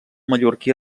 mallorquí